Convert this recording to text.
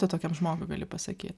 tu tokiam žmogui gali pasakyt